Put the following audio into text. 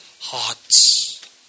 hearts